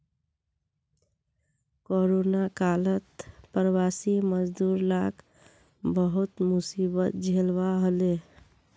corona कालत प्रवासी मजदूर लाक बहुत मुसीबत झेलवा हले